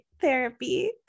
therapy